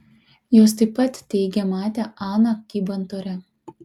jos taip pat teigė matę aną kybant ore